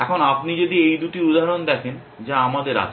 এখন আপনি যদি এই দুটি উদাহরণ দেখেন যা আমাদের আছে